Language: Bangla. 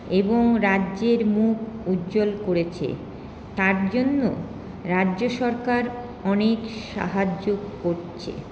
এবং রাজ্যের মুখ উজ্জ্বল করেছে তার জন্য রাজ্য সরকার অনেক সাহায্য করছে